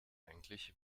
eigentlich